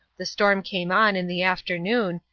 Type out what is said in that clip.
the storm came on in the afternoon,